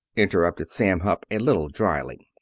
interrupted sam hupp, a little dryly.